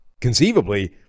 conceivably